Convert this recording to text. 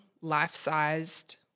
life-sized